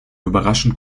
überraschend